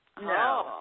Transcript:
No